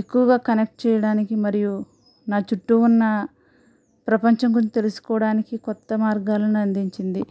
ఎక్కువగా కనెక్ట్ చేయడానికి మరియు నా చుట్టు ఉన్న ప్రపంచం గురించి తెలుసుకోవడానికి కొత్త మార్గాలను అందించింది